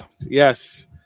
Yes